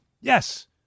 Yes